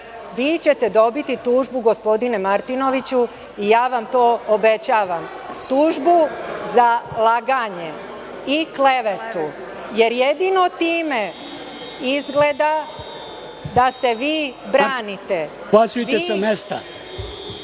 Vi ćete dobiti tužbu, gospodine Martinoviću, ja vam to obećavam, tužbu za laganje i klevetu, jer jedino time izgleda da se vi branite. Vi koji ne znate